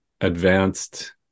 advanced